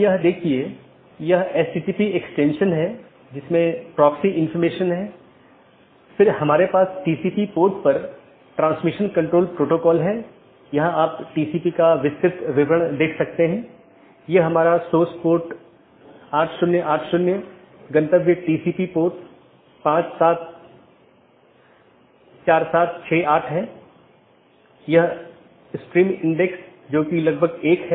यह एक चिन्हित राउटर हैं जो ऑटॉनमस सिस्टमों की पूरी जानकारी रखते हैं और इसका मतलब यह नहीं है कि इस क्षेत्र का सारा ट्रैफिक इस क्षेत्र बॉर्डर राउटर से गुजरना चाहिए लेकिन इसका मतलब है कि इसके पास संपूर्ण ऑटॉनमस सिस्टमों के बारे में जानकारी है